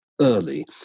early